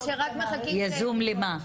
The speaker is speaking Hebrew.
יזום למה?